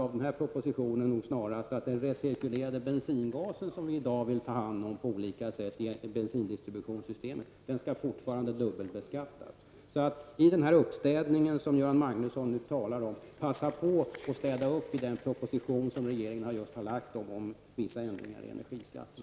Av den här propositionen framgår att den recirkulerade bensingasen som vi i dag vill ta hand om på olika sätt i bensindistributionssystemet fortfarande skall dubbelbeskattas. I den uppstädning som Göran Magnusson nu talar om bör man passa på att städa upp i den proposition som regeringen just har lagt fram om vissa ändringar i energiskatten.